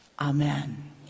Amen